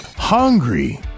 hungry